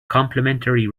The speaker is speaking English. complimentary